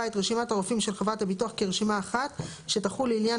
את רשימת הרופאים של חברת הביטוח כרשימה אחת שתחול לעניין